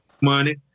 Money